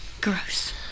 Gross